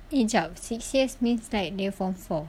eh jap six years means like dia form four